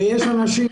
ויש אנשים